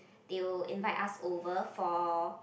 they will invite us over for